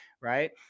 Right